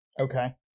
Okay